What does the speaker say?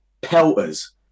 pelters